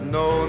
no